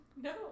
no